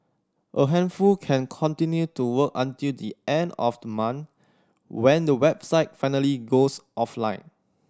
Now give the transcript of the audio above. a handful can continue to work until the end of the month when the website finally goes offline